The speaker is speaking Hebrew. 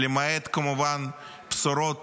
למעט בשורות